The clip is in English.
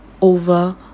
over